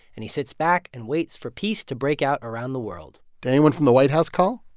and he sits back and waits for peace to break out around the world did anyone from the white house call?